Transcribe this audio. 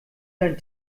dein